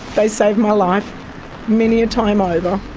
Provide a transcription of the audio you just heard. they saved my life many a time over.